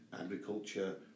agriculture